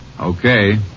Okay